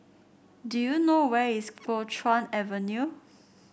do you know where is Kuo Chuan Avenue